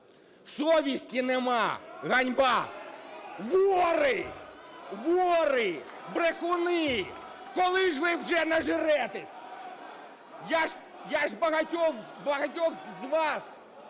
Совісті немає, ганьба! Вори! Вори! Брехуни! Коли ж ви вже нажретесь? Я ж багатьох з вас